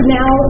now